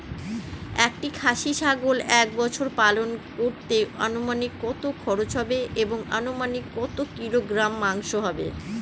একটি খাসি ছাগল এক বছর পালন করতে অনুমানিক কত খরচ হবে এবং অনুমানিক কত কিলোগ্রাম মাংস হবে?